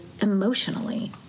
emotionally